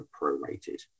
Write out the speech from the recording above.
prorated